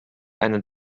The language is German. eine